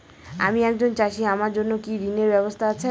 আমি একজন চাষী আমার জন্য কি ঋণের ব্যবস্থা আছে?